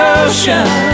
ocean